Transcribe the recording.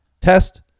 test